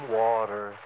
water